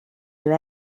you